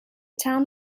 town